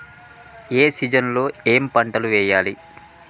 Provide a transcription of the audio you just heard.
ఏ season లో ఏం పంటలు వెయ్యాలి?